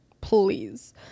please